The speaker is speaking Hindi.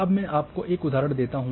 अब मैं आपको एक उदाहरण देता हूं